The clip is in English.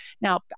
Now